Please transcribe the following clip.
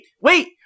wait